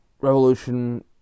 Revolution